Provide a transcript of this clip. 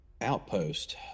outpost